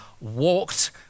walked